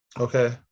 okay